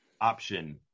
option